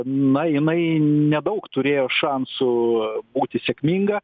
na jinai nedaug turėjo šansų būti sėkminga